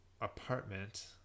apartment